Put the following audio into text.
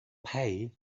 pay